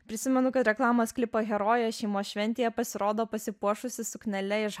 prisimenu kad reklamos klipo herojė šeimos šventėje pasirodo pasipuošusi suknele iš